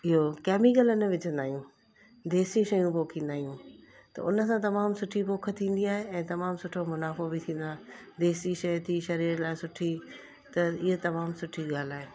इहो केमीकल न विझंदा आहियूं देसी शयूं पोखींदा आहियूं त उन सां तमामु सुठी पोख थींदी आहे ऐं तमामु सुठो मुनाफ़ो बि थींदो आहे देसी शइ थी शरीर लाइ सुठी त हीअ तमामु सुठी ॻाल्हि आहे